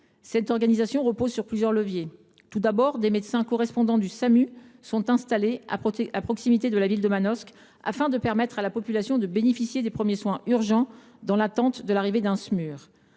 Cette organisation repose sur plusieurs leviers. Tout d’abord, des médecins correspondants du service d’aide médicale urgente (Samu) sont installés à proximité de la ville de Manosque, afin de permettre à la population de bénéficier des premiers soins urgents dans l’attente de l’arrivée d’une